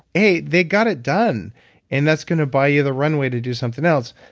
hey, they got it done and that's going to buy you the runway to do something else.